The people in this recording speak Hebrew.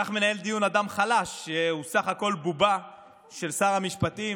כך מנהל דיון אדם חלש שהוא סך הכול בובה של שר המשפטים,